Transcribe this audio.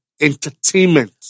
entertainment